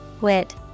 wit